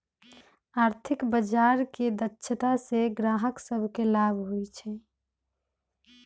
आर्थिक बजार के दक्षता से गाहक सभके लाभ होइ छइ